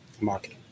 market